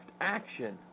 action